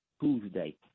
Tuesday